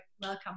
welcome